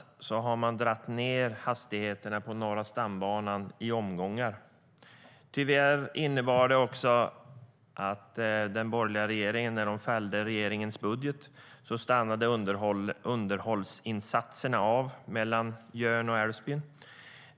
Man har bland annat i omgångar minskat hastigheterna på Norra stambanan. Tyvärr innebar det också att - när den borgerliga regeringen fällde regeringens budget - underhållsinsatserna stannade av mellan Jörn och Älvsbyn.